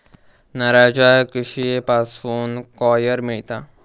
नारळाच्या किशीयेपासून कॉयर मिळता